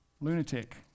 Lunatic